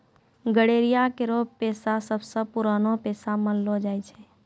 गड़ेरिया केरो पेशा सबसें पुरानो पेशा मानलो जाय छै